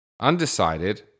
undecided